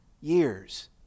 years